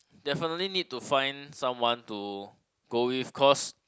definitely need to find someone to go with cause